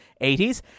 80s